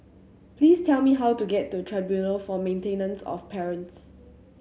please tell me how to get to Tribunal for Maintenance of Parents